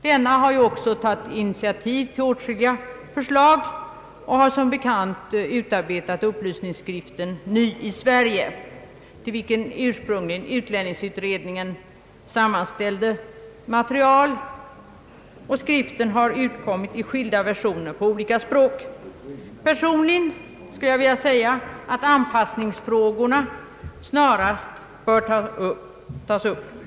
Denna har också tagit initiativ till åtskilliga förslag och har som bekant utarbetat upplysningsskriften Ny i Sverige, till vilken ursprungligen utlänningsutredningen sammanställde material. Skriften har utkommit i skilda versioner på olika språk. Personligen vill jag säga att anpassningsfrågorna snarast bör tas upp.